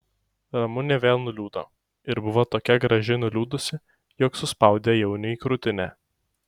ramunė vėl nuliūdo ir buvo tokia graži nuliūdusi jog suspaudė jauniui krūtinę